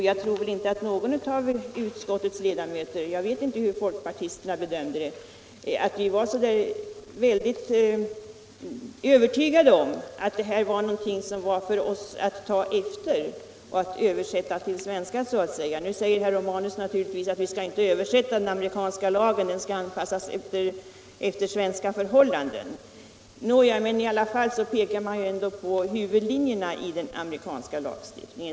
Jag tror inte att någon av utskottets ledamöter — jag vet inte hur folkpartisterna bedömde det — blev så där väldigt övertygade om att det här var någonting för oss att ta efter och så att säga översätta till svenska. Nu säger herr Romanus att vi inte skall översätta den amerikanska lagen, utan att den svenska lagstiftningen skall anpassas efter svenska förhållanden. Han pekar emellertid på huvudlinjerna i den amerikanska lagstiftningen.